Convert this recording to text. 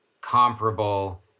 comparable